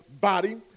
body